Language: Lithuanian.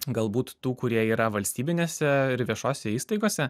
galbūt tų kurie yra valstybinėse ir viešose įstaigose